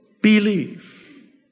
believe